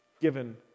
Given